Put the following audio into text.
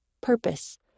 Purpose